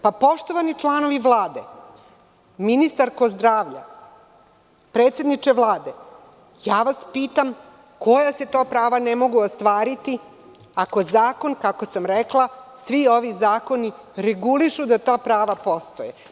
Poštovani članovi Vlade, ministarko zdravlja, predsedniče Vlade, pitam vas koja se to prava ne mogu ostvariti ako zakon, kako sam rekla, svi ovi zakoni regulišu da ta prava postoje?